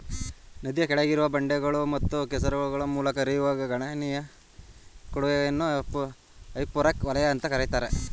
ನದಿಯ ಕೆಳಗಿರುವ ಬಂಡೆಗಳು ಮತ್ತು ಕೆಸರುಗಳ ಮೂಲಕ ಹರಿಯುವ ಗಣನೀಯ ಕೊಡುಗೆಯನ್ನ ಹೈಪೋರೆಕ್ ವಲಯ ಅಂತ ಕರೀತಾರೆ